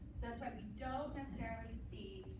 that's why we don't necessarily see